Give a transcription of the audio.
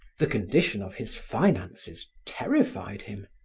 the condition of his finances terrified him.